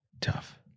tough